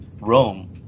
Rome